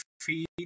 feed